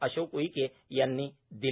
अशोक उईके यांनी दिले